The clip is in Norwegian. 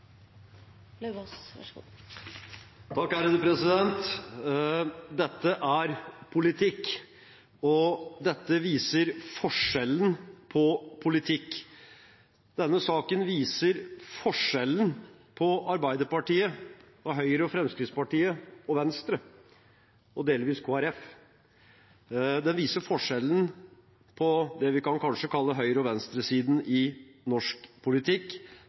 politikk, og dette viser forskjellen på politikk. Denne saken viser forskjellen mellom Arbeiderpartiet og Høyre, Fremskrittspartiet og Venstre, og delvis Kristelig Folkeparti. Den viser forskjellen mellom det vi kanskje kan kalle høyre- og venstresiden i norsk politikk.